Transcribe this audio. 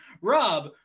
Rob